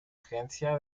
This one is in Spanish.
agencia